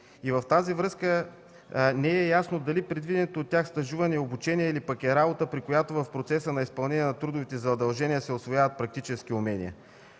с това не е ясно дали предвиденото от тях стажуване и обучение е работа, при която в процеса на изпълнение на трудовите задължения се усвояват практически умения.